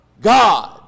God